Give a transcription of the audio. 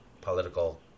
political